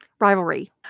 rivalry